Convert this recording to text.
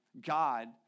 God